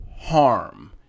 harm